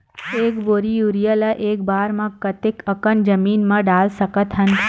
एक बोरी यूरिया ल एक बार म कते कन जमीन म डाल सकत हन?